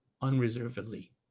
unreservedly